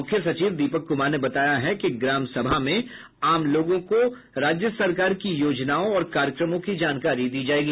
मुख्य सचिव दीपक कुमार ने बताया है कि ग्राम सभा में आम लोगों को राज्य सरकार की योजनाओं और कार्यक्रमों की जानकारी दी जायेगी